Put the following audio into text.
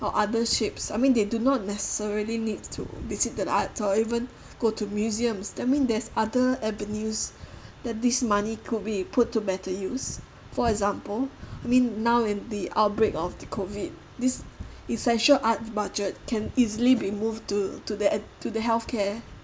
or other shapes I mean they do not necessarily needs to visit the arts or even go to museums that mean there's other avenues that this money could be put to better use for example mean now in the outbreak of the COVID this essential art budget can easily be moved to to the to the healthcare